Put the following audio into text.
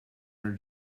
are